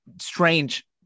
strange